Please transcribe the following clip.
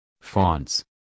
fonts